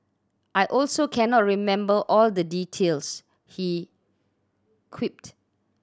I also cannot remember all the details he quipped